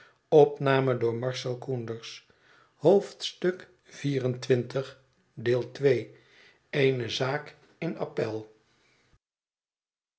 het eene zaak in